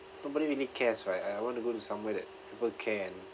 nobody really cares right I I want to go to somewhere that people can